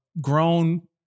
grown